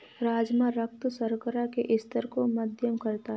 राजमा रक्त शर्करा के स्तर को मध्यम करता है